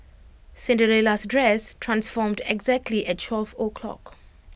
Cinderella's dress transformed exactly at twelve o' clock